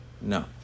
No